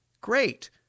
Great